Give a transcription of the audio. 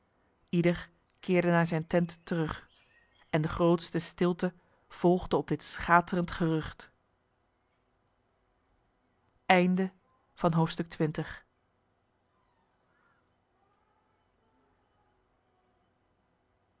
ieder keerde naar zijn tent terug en de grootste stilte volgde op dit schaterend gerucht